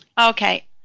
Okay